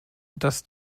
das